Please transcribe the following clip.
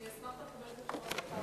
אני אשמח לקבל את התשובות בכתב.